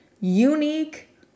unique